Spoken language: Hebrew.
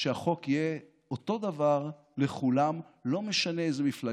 שהחוק יהיה אותו דבר לכולם, לא משנה